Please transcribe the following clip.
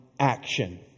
Action